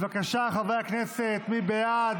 בבקשה, חברי הכנסת, מי בעד?